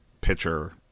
pitcher